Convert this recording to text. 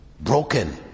broken